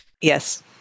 Yes